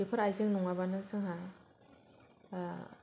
बेफोर आयजें नङाबानो जोंहा